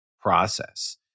process